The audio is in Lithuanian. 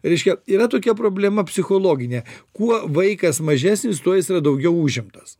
reiškia yra tokia problema psichologinė kuo vaikas mažesnis tuo jis yra daugiau užimtas